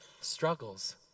struggles